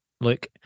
look